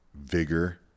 vigor